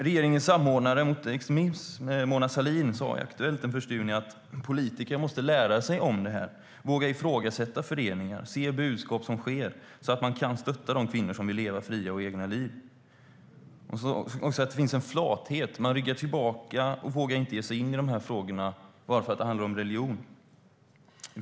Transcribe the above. Regeringens samordnare mot extremism, Mona Sahlin, sa i Aktuellt den 1 juni att politiker måste lära sig om detta, våga ifrågasätta föreningar och se de budskap som ges så att man kan stötta kvinnor som vill leva fria och egna liv. Det finns en flathet. Man ryggar tillbaka och vågar inte ge sig in i de här frågorna, bara för att det handlar om religion.